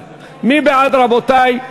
מי בעד, רבותי?